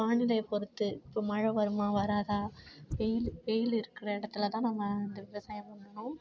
வானிலையை பொறுத்து இப்போ மழை வருமா வராதா வெயில் வெயில் இருக்கிற இடத்துல தான் நம்ம இந்த விவசாயம் பண்ணணும்